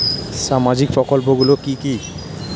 সামাজিক প্রকল্প গুলি কি কি?